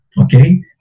Okay